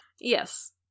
Yes